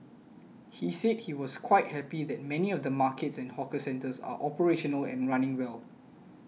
he said he was quite happy that many of the markets and hawker centres are operational and running well